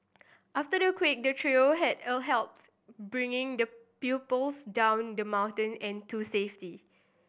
after the quake the trio had helped bring the pupils down the mountain and to safety